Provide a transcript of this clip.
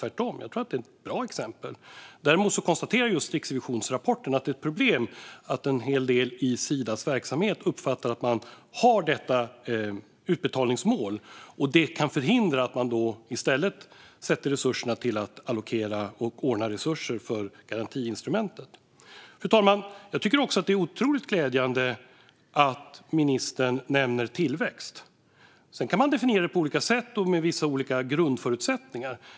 Tvärtom - jag tror att de är bra exempel. Däremot konstateras just i riksrevisionsrapporten att det är ett problem att en hel del i Sidas verksamhet uppfattar att man har detta utbetalningsmål, och det kan förhindra att man i stället sätter resurserna till att allokera och ordna resurser till garantiinstrumenten. Fru talman! Jag tycker också att det är otroligt glädjande att ministern nämner tillväxt. Sedan kan man definiera det på olika sätt och med vissa olika grundförutsättningar.